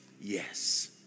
Yes